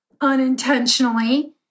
unintentionally